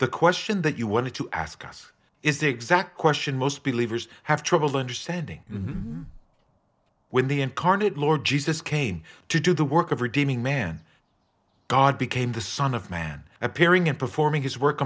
the question that you wanted to ask us is the exact question most believers have trouble understanding when the incarnate lord jesus came to do the work of redeeming man god became the son of man appearing and performing his work